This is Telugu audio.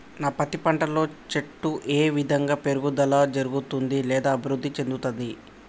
నా పత్తి పంట లో చెట్టు ఏ విధంగా పెరుగుదల జరుగుతుంది లేదా అభివృద్ధి చెందుతుంది?